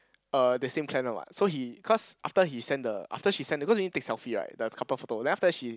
uh the same clan one what so he cause after he send the after she send because you need to take selfie right the couple photo then after she